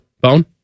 bone